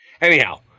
Anyhow